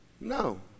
No